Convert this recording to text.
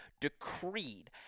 decreed